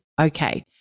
okay